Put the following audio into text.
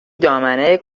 دامنه